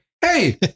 Hey